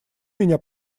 меня